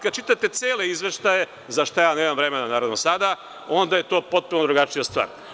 Kada čitate cele izveštaje, za šta ja nemam vremena sada, onda je to potpuno drugačija stvar.